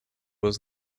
was